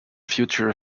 future